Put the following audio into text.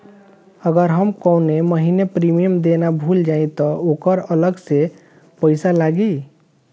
अगर हम कौने महीने प्रीमियम देना भूल जाई त ओकर अलग से पईसा लागी?